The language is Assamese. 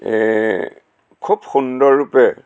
এহ খুব সুন্দৰ ৰূপে